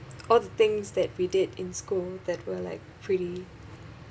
all the things that we did in school that were like pretty